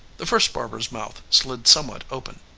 the first barber's mouth slid somewhat open.